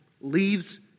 leaves